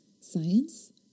science